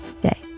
day